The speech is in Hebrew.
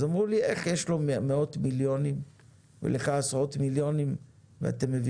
אז אמרו לי איך יש לו מאות מיליונים ולך רק עשרות מיליונים ואתם מראים